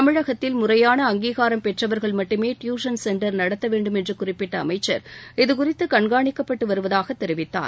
தமிழகத்தில் முறையான அங்கீகாரம் பெற்றவர்கள் மட்டுமே டியூசன் சென்டர் நடத்த வேண்டும் என்று குறிப்பிட்ட அமைச்சர் இதுகுறித்து கண்காணிக்கப்பட்டு வருவதாக தெரிவித்தார்